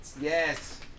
yes